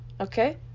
Okay